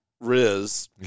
Riz